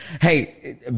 hey